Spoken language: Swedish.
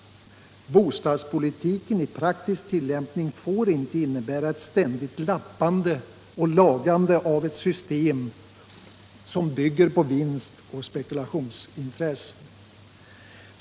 Bostadspolitiken i praktisk tillämpning får inte innebära ett ständigt lappande och lagande av ett system som bygger på vinstoch spekulationsintressen.